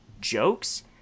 jokes